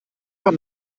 vor